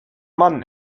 mann